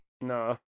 No